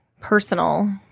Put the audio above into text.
personal